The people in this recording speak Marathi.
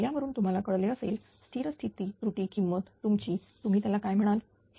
तर यावरून तुम्हाला कळले असेल स्थिर स्थिती त्रुटी किंमत तुमची तुम्ही त्याला काय म्हणाल हे